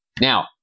Now